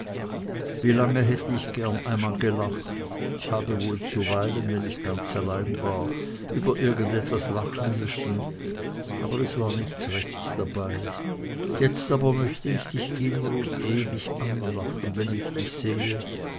wie lange hätte ich gern einmal gelacht ich habe wohl zuweilen wenn ich ganz allein war über irgend etwas lachen müssen aber es war nichts rechts dabei jetzt aber möchte ich dich immer und ewig anlachen wenn ich dich sehe